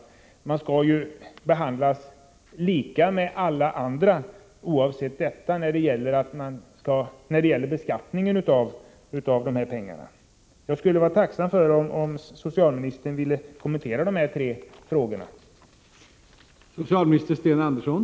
Alla skall behandlas lika, oavsett detta, när det gäller beskattningen av pengarna. Jag skulle vara tacksam om socialministern ville kommentera dessa frågor.